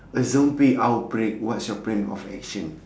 a zombie outbreak what's your plan of action